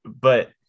But-